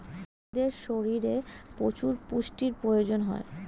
প্রাণীদের শরীরে প্রচুর পুষ্টির প্রয়োজন হয়